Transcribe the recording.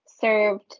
served